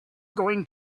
going